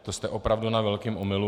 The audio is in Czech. To jste opravdu na velkém omylu.